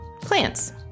Plants